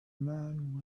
man